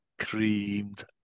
creamed